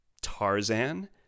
Tarzan